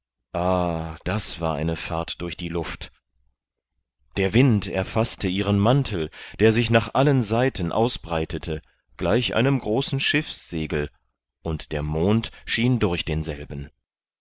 das war eine fahrt durch die luft der wind erfaßte ihren mantel der sich nach allen seiten ausbreitete gleich einem großen schiffssegel und der mond schien durch denselben